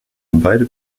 beide